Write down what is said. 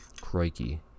Crikey